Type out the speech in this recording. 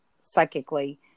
psychically